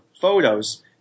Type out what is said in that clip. Photos